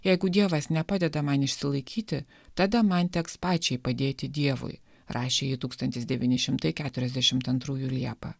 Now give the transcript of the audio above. jeigu dievas nepadeda man išsilaikyti tada man teks pačiai padėti dievui rašė ji tūkstantis devyni šimtai keturiasdešimt antrųjų liepą